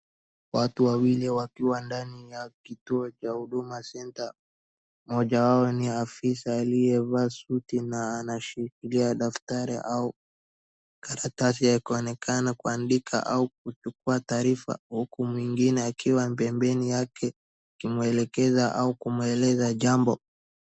Watu wawili wakiwa ndani ya kituo cha Huduma centre . Mmoja wao ni afisa aliyevaa suti na anaishikilia daftari au karatasi kuonekana kuandika au kuchukua taarifa huku mwengine akiwa pembeni yake kumwelekeza au kumweleza jambo.